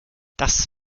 das